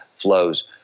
flows